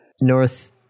North